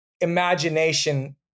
imagination